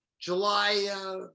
july